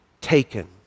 taken